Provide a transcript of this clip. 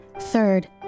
Third